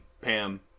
Pam